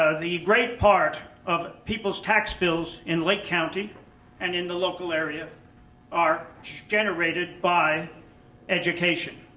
ah the great part of people's tax bills in lake county and in the local area are generated by education.